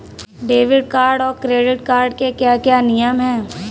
Debit card और credit card के क्या क्या नियम हैं?